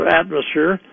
atmosphere